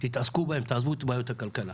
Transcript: תתעסקו בהם, תעזבו את בעיות הכלכלה.